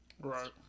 Right